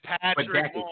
Patrick